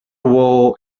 wall